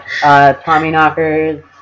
Tommyknockers